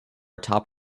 atop